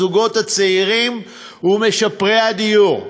הזוגות הצעירים ומשפרי הדיור.